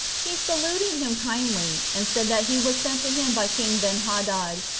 he saluted him kindly, and said that he was sent to him by king benhadad,